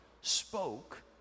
spoke